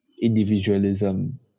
Individualism